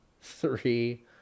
three